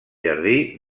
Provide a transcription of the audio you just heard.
jardí